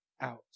out